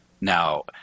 Now